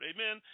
Amen